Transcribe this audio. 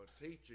teaching